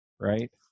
Right